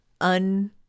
un